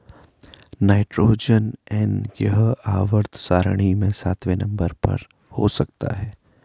nitrogen N यह आवर्त सारणी में सातवें नंबर पर हो सकता है